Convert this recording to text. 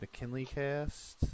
McKinleycast